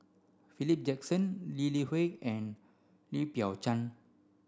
Philip Jackson Lee Li Hui and Lim Biow Chuan